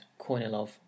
Kornilov